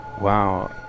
Wow